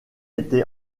était